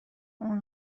اون